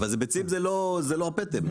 ביצים זה לא פטם.